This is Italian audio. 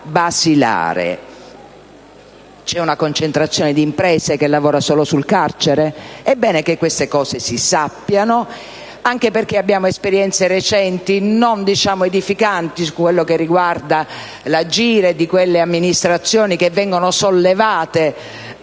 c'è una concentrazione di imprese che lavora solo sul carcere? È bene che queste informazioni siano date, anche perché abbiamo esperienze recenti non edificanti per quanto riguarda l'agire di quelle amministrazioni che vengono sollevate